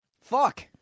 Fuck